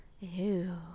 Ew